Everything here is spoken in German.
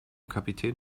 kapitän